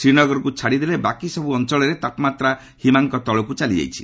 ଶ୍ରୀନଗରକୁ ଛାଡ଼ିଦେଲେ ବାକି ସବୁ ଅଞ୍ଚଳରେ ତାପମାତ୍ରା ହିମାଙ୍କ ତଳକୁ ଚାଲି ଯାଇଛି